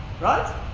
right